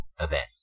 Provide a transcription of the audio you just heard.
event